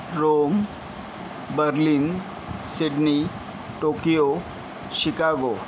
Rome Berlin Sydney Tokyo Chicago